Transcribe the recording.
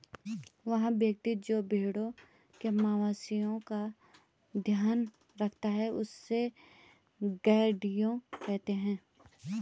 वह व्यक्ति जो भेड़ों मवेशिओं का ध्यान रखता है उससे गरेड़िया कहते हैं